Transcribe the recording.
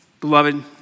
Beloved